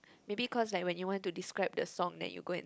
maybe cause like when you want to describe the song then you go and